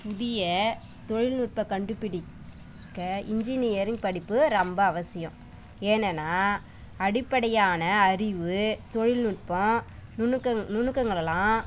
இந்திய தொலில்நுட்ப கண்டுபிடிக்க இன்ஜினியரிங் படிப்பு ரொம்ப அவசியம் ஏனன்னா அடிப்படையான அறிவு தொலில்நுட்பம் நுணுக்கங் நுணுக்கங்களெல்லாம்